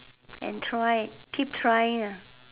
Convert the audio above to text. and try keep trying ah